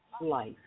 life